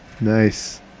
Nice